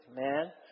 Amen